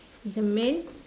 is a man